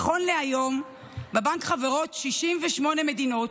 נכון להיום חברות בבנק 68 מדינות,